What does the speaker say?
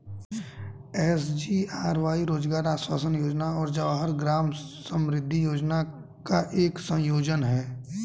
SGRY रोजगार आश्वासन योजना और जवाहर ग्राम समृद्धि योजना का एक संयोजन है